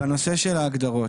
בנושא של ההגדרות,